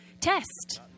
test